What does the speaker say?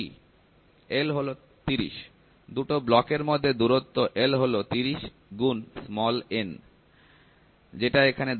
L হল 30 দুটো ব্লকের মধ্যে দূরত্ব L হল 30 ✕ n যেটা এখানে 10 মিলিমিটার বলা আছে